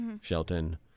Shelton